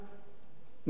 מבני ציבור,